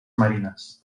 marines